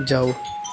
ਜਾਓ